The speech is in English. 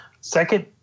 second